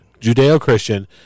Judeo-Christian